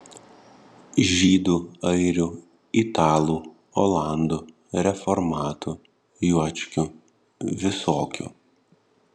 žydų airių italų olandų reformatų juočkių visokių